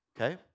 Okay